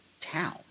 town